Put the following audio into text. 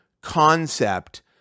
concept